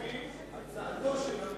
לפי הצעתו של המציע.